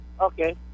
Okay